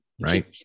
Right